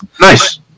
Nice